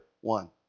one